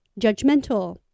judgmental